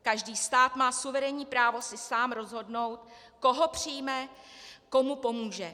Každý stát má suverénní právo si sám rozhodnout, koho přijme, komu pomůže.